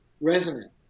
resonant